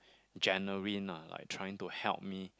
genuine lah like trying to help me